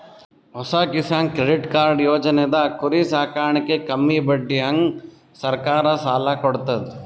ಹೊಸ Kisan credit card ಯೋಜನೆದಾಗ್ ಕುರಿ ಸಾಕಾಣಿಕೆಗ್ ಕಮ್ಮಿ ಬಡ್ಡಿಹಂಗ್ ಸರ್ಕಾರ್ ಸಾಲ ಕೊಡ್ತದ್